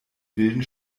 wilden